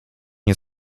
nie